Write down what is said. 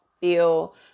feel